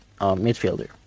midfielder